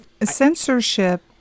censorship